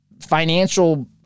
financial